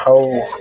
ହଉ